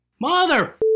Mother